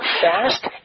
fast